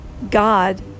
God